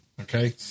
okay